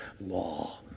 law